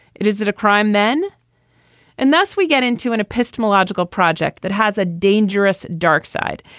it is it a crime then and thus we get into an epistemological project that has a dangerous dark side.